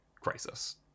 crisis